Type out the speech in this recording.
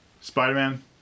Spider-Man